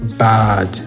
bad